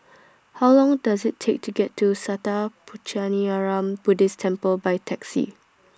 How Long Does IT Take to get to Sattha Puchaniyaram Buddhist Temple By Taxi